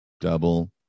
Double